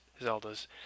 Zeldas